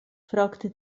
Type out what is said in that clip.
fragte